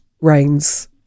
rains